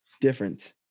Different